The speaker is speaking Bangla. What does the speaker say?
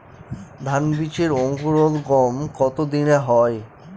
ধান বীজের অঙ্কুরোদগম কত দিনে হয়?